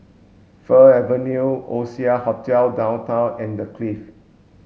Fir Avenue Oasia Hotel Downtown and The Clift